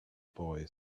boy